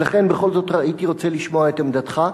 ולכן, בכל זאת הייתי רוצה לשמוע את עמדתך.